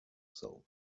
soul